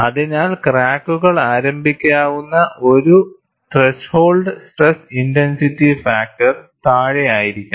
അതിനാൽ ക്രാക്കുകകൾ ആരംഭിക്കാവുന്ന ഒരു ത്രെഷോൾഡ് സ്ട്രെസ് ഇന്റൻസിറ്റി ഫാക്ടർ താഴെയായിരിക്കണം